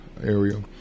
area